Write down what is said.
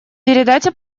передайте